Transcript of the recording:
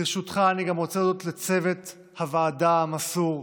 ברשותך, אני רוצה להודות גם לצוות הוועדה המסור,